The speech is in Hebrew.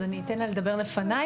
אז אני אתן לה לדבר לפניי.